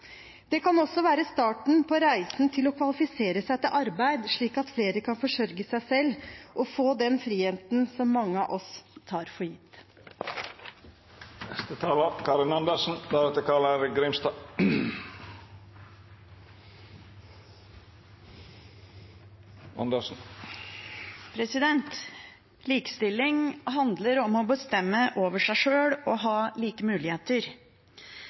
Det kan også være starten på reisen til å kvalifisere seg til arbeid, slik at flere kan forsørge seg selv og få den friheten som mange av oss tar for gitt. Likestilling handler om å bestemme over seg sjøl og å ha like muligheter.